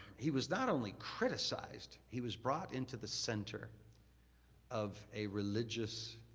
he was not only criticized, he was brought into the center of a religious